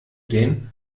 den